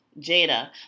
Jada